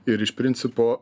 ir iš principo